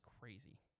crazy